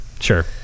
sure